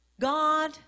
God